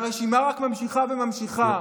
והרשימה רק נמשכת ונמשכת.